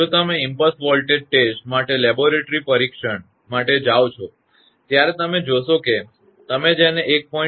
જો તમે impulse voltage પરીક્ષણ માટે લેબોરેટરી પરીક્ષણ માટે જાઓ છો ત્યારે તમે જોશો કે તમે જેને 1